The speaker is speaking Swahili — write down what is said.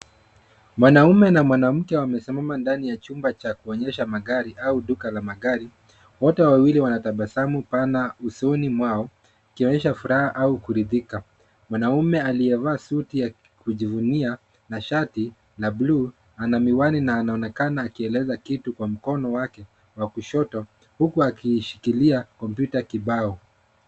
Mwanaume na mwanamke wamesimama ndani ya chumba cha kuonyesha magari au duka la magari. Wote wawili wana tabasamu pana usoni mwao, ikionyesha furaha au kuridhika. Mwanaume aiyevaa suti ya kujivunia na shati la buluu, ana miwani na anaonekana akieleza kitu kwa mkono wake wa kushoto huku akishikilia komputa kibao.